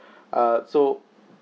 uh so